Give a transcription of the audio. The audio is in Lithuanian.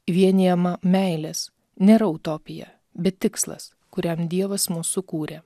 vienijama meilės nėra utopija bet tikslas kuriam dievas mus sukūrė